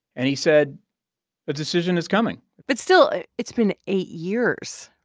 and he said a decision is coming but still, it's been eight years,